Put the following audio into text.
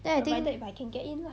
then I think